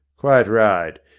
quite right.